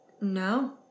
no